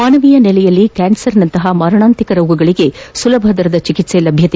ಮಾನವೀಯ ನೆಲೆಯಲ್ಲಿ ಕ್ಯಾನ್ಪರ್ನಂತಹ ಮಾರಣಾಂತಿಕ ರೋಗಗಳಿಗೆ ಸುಲಭ ದರದಲ್ಲಿ ಚಿಕಿತ್ಸೆ ಲಭ್ಯತೆ